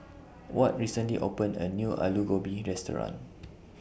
Ward recently opened A New Alu Gobi Restaurant